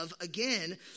Again